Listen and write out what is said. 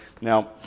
Now